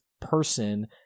person